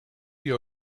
ihr